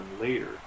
later